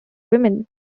women